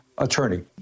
attorney